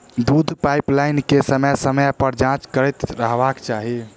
दूधक पाइपलाइन के समय समय पर जाँच करैत रहबाक चाही